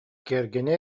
кэргэнэ